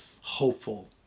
hopeful